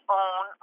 own